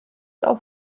auf